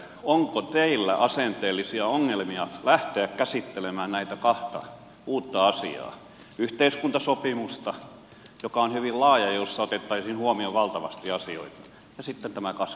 onko teillä asenteellisia ongelmia lähteä käsittelemään näitä kahta uutta asiaa yhteiskuntasopimusta joka on hyvin laaja ja jossa otettaisiin huomioon valtavasti asioita ja sitten tätä kasvurahastoa